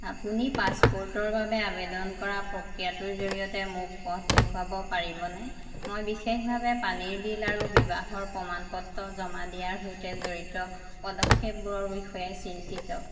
আপুনি পাছপোৰ্টৰ বাবে আবেদন কৰাৰ প্ৰক্ৰিয়াটোৰ জৰিয়তে মোক পথ দেখুৱাব পাৰিবনে মই বিশেষভাৱে পানীৰ বিল আৰু বিবাহৰ প্ৰমাণপত্ৰ জমা দিয়াৰ সৈতে জড়িত পদক্ষেপবোৰৰ বিষয়ে চিন্তিত